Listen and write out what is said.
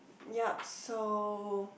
ya so